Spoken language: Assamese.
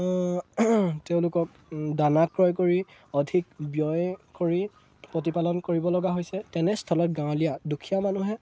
তেওঁলোকক দানা ক্ৰয় কৰি অধিক ব্যয় কৰি প্ৰতিপালন কৰিবলগা হৈছে তেনেস্থলত গাঁৱলীয়া দুখীয়া মানুহে